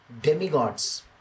Demigods